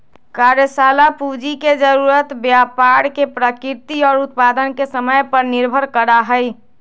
कार्यशाला पूंजी के जरूरत व्यापार के प्रकृति और उत्पादन के समय पर निर्भर करा हई